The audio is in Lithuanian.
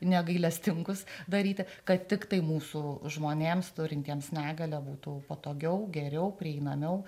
negailestingus daryti kad tiktai mūsų žmonėms turintiems negalią būtų patogiau geriau prieinamiau